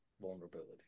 vulnerability